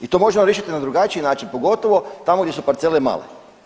I to možemo riješiti na drugačiji način, pogotovo tamo gdje su parcele male.